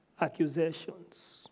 accusations